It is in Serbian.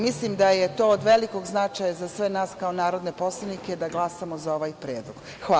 Mislim da je to od velikog značaja za sve nas kao narodne poslanike, da glasamo za ovaj predlog.